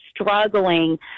struggling